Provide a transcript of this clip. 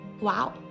wow